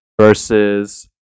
versus